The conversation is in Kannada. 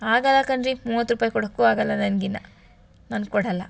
ಆಗಲ್ಲ ಕಣ್ರಿ ಮೂವತ್ತು ರೂಪಾಯಿ ಕೊಡೋಕು ಆಗಲ್ಲ ನನ್ಗೆ ಇನ್ನು ನಾನು ಕೊಡಲ್ಲ